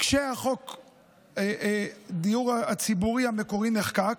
כשחוק הדיור הציבורי המקורי נחקק,